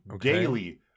daily